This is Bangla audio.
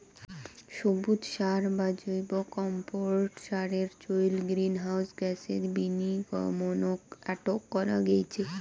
সবুজ সার বা জৈব কম্পোট সারের চইল গ্রীনহাউস গ্যাসের বিনির্গমনক আটক করা গেইচে